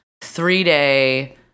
three-day